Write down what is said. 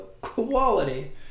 quality